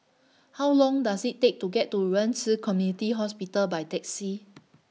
How Long Does IT Take to get to Ren Ci Community Hospital By Taxi